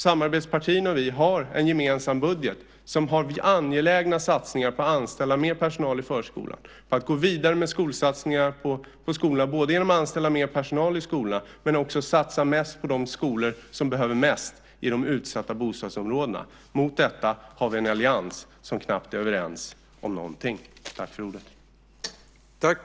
Samarbetspartierna och vi har en gemensam budget med angelägna satsningar på anställda och mer personal i förskolan och för att gå vidare med skolsatsningar genom att anställa mer personal i skolorna och satsa mest på de skolor som behöver mest i de utsatta bostadsområdena. Mot detta har vi en allians som knappt är överens om någonting.